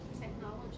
Technology